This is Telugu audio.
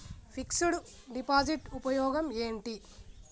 ఫిక్స్ డ్ డిపాజిట్ ఉపయోగం ఏంటి?